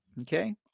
okay